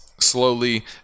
slowly